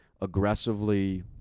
Aggressively